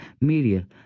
media